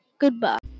goodbye